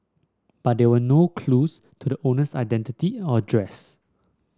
but there were no clues to the owner's identity or address